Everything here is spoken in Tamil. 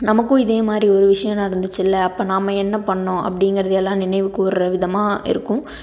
நமக்கும் இதே மாதிரி ஒரு விஷயம் நடந்துச்சுல்லே அப்போ நாம் என்ன பண்ணிணோம் அப்படிங்கிறதையெல்லாம் நினைவுக்கூர்கிற விதமாக இருக்கும்